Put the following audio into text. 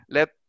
Let